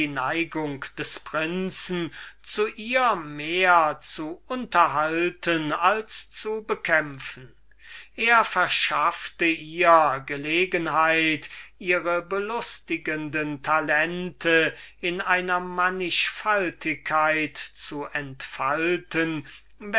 des prinzen zu ihr mehr zu unterhalten als zu bekämpfen er verschaffte ihr gelegenheit ihre belustigende talente in einer mannichfaltigkeit zu entfalten